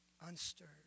unstirred